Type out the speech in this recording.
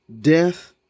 death